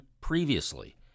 previously